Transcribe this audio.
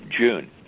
June